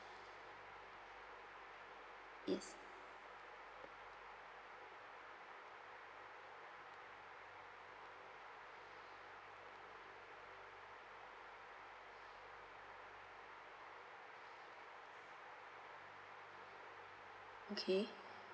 yes okay